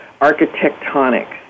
architectonic